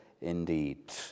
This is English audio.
indeed